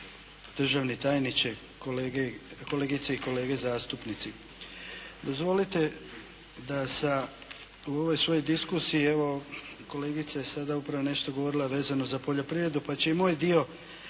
državni tajniče, kolegice i kolege zastupnici. Dozvolite da u ovoj svojoj diskusiji, evo kolegica je sada upravo nešto govorila vezano za poljoprivredu pa će i moj dio